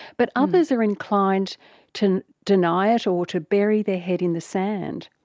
but others are inclined to deny it or to bury their head in the sand.